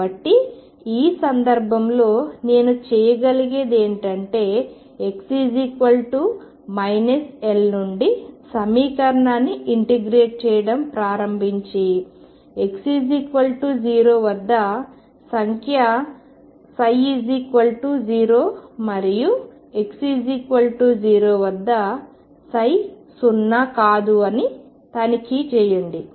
కాబట్టి ఈ సందర్భంలో నేను చేయగలిగేది ఏమిటంటే x L నుండి సమీకరణాన్ని ఇంటిగ్రేట్ చేయడం ప్రారంభించి x0 వద్ద సంఖ్య 0 మరియు x0 వద్ద సున్నా కాదు అని తనిఖీ చేయండి